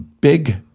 Big